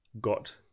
got